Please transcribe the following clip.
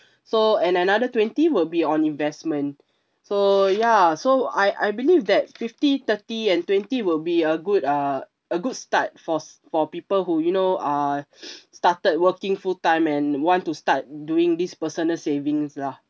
so and another twenty will be on investment so ya so I I believe that fifty thirty and twenty will be a good uh a good start for s~ for people who you know uh started working full time and want to start doing this personal savings lah